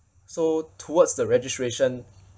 so towards the registration